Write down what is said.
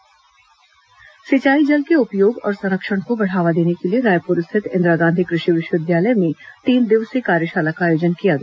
कृषि विवि कार्यशाला सिंचाई जल के उपयोग और संरक्षण को बढ़ावा देने के लिए रायपुर स्थित इंदिरा गांधी कृषि विश्वविद्यालय में तीन दिवसीय कार्यशाला का आयोजन किया गया